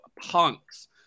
Punks